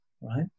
right